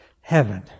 Heaven